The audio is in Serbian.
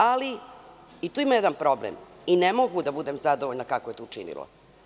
Ali, i tu ima jedan problem i ne mogu da budem zadovoljna kako je to učinilo.